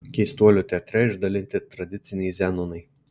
keistuolių teatre išdalinti tradiciniai zenonai